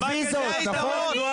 נכון?